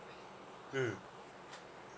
mm